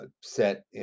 set